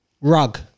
Rug